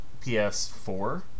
PS4